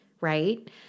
right